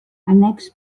annex